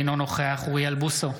אינו נוכח אוריאל בוסו,